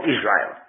Israel